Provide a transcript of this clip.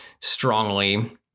strongly